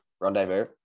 Rendezvous